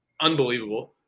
unbelievable